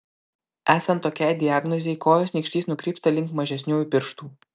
esant tokiai diagnozei kojos nykštys nukrypsta link mažesniųjų pirštų